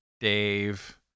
Dave